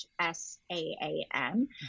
S-A-A-M